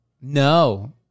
No